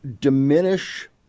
diminish